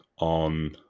on